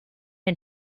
and